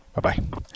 Bye-bye